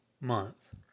Month